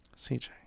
CJ